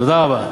תודה רבה.